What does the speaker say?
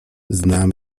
znam